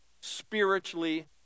spiritually